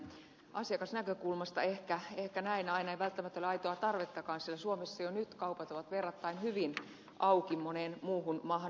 asiakasnäkökulmasta ehkä tähän aina ei välttämättä ole aitoa tarvettakaan sillä suomessa jo nyt kaupat ovat verrattain hyvin auki moneen muuhun maahan verrattuna